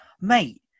mate